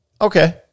Okay